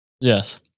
Yes